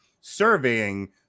surveying